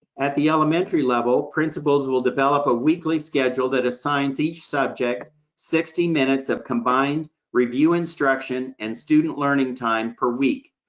at the elementary level, principals will develop a weekly schedule that assigns each subject sixty minutes of combined review instruction and student learning time per week,